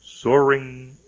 Soaring